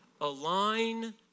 Align